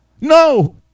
no